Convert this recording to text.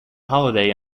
holiday